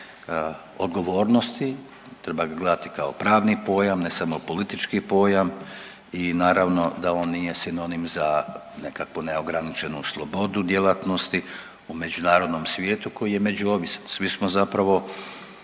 odgovornosti. Treba ga gledati kao pravni pojam ne samo politički pojam i naravno da on nije sinonim za nekakvu neograničenu slobodu djelatnosti u međunarodnom svijetu koji je međuovisan. Svi smo zapravo